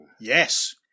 Yes